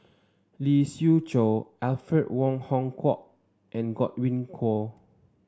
Lee Siew Choh Alfred Wong Hong Kwok and Godwin Koay